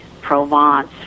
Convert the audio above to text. Provence